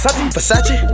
Versace